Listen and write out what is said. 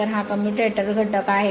तर हा कम्युटेटर घटक आहे